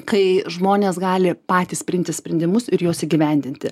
kai žmonės gali patys priimti sprendimus ir juos įgyvendinti